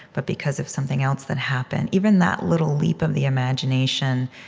but because of something else that happened. even that little leap of the imagination,